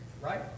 Right